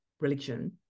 religion